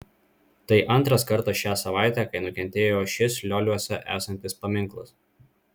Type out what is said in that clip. tai antras kartas šią savaitę kai nukentėjo šis lioliuose esantis paminklas